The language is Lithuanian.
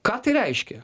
ką tai reiškia